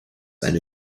eine